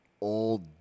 old